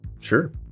Sure